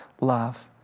love